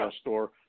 store